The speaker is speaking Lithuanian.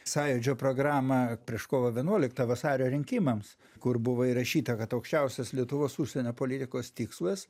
sąjūdžio programą prieš kovo vienuoliktą vasario rinkimams kur buvo įrašyta kad aukščiausias lietuvos užsienio politikos tikslas